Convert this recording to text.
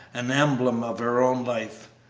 an emblem of her own life!